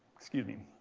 excuse me.